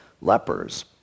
lepers